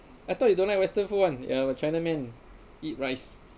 I thought you don't like western food one uh chinaman eat rice